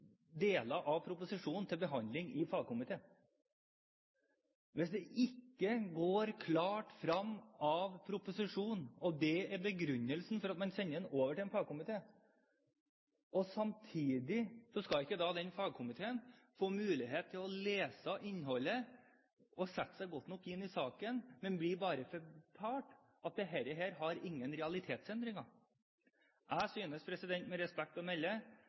deler av proposisjonen til behandling i fagkomiteen. Hvis det ikke går klart frem av proposisjonen, og det er begrunnelsen for at man sender det over til en fagkomité, samtidig som fagkomiteen ikke får mulighet til å lese innholdet og sette seg godt nok inn i saken, men bare blir fortalt at dette har ingen realitetsendringer, synes jeg med respekt å melde